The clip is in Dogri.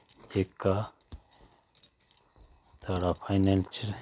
जेह्का साढ़ा फाईनैन्शल